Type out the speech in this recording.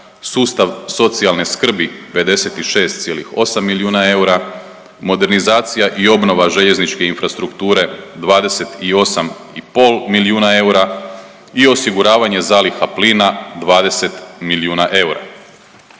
sustav socijalne skrbi 56,8 milijuna eura, modernizacija i obnova željezničke infrastrukture 28,5 milijuna eura i osiguravanje zaliha plina 20 milijuna eura.